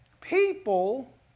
people